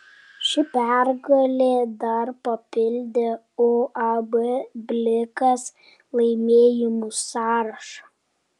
ši pergalė dar papildė uab blikas laimėjimų sąrašą